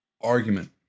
argument